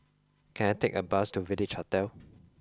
can I take a bus to Village Hotel